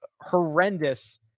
horrendous